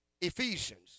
Ephesians